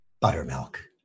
buttermilk